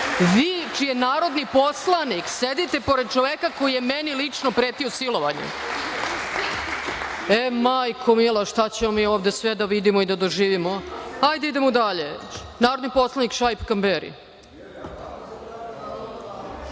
Vi, čiji narodni poslanik, sedite pored čoveka koji je meni lično pretio silovanjem. E, majko mila, šta ćemo mi ovde sve da vidimo i da doživimo. Idemo dalje. Narodni poslanik Šaip Kamberi.